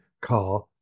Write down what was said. car